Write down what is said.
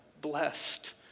blessed